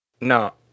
No